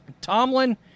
Tomlin